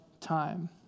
time